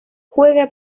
juega